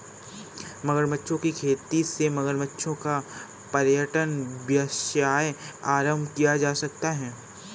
मगरमच्छों की खेती से मगरमच्छों का पर्यटन व्यवसाय प्रारंभ किया जा सकता है